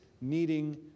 needing